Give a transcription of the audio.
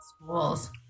schools